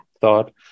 thought